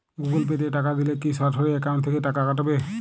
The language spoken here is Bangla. গুগল পে তে টাকা দিলে কি সরাসরি অ্যাকাউন্ট থেকে টাকা কাটাবে?